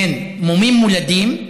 הן מומים מולדים,